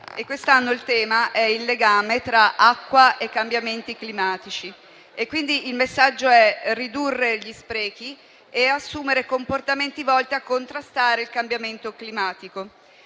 Quest'anno il tema è il legame tra acqua e cambiamenti climatici. Il messaggio è ridurre gli sprechi e assumere comportamenti volti a contrastare il cambiamento climatico.